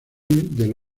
del